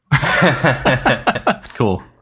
Cool